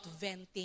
venting